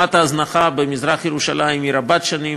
ההזנחה במזרח-ירושלים היא רבת-שנים,